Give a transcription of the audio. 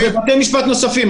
משפט נוספים.